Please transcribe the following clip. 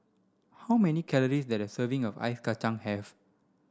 how many calories does a serving of Ice Kachang have